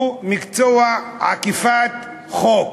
הוא מקצוע עקיפת חוק,